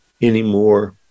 anymore